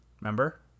Remember